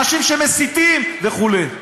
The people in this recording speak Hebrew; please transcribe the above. אנשים שמסיתים וכו'.